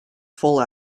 full